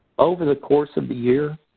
over the course of the year,